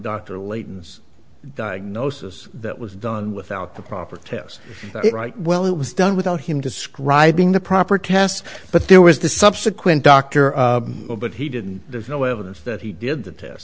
dr leighton's diagnosis that was done without the proper test right well it was done without him describing the proper tests but there was the subsequent doctor but he didn't there's no evidence that he did the test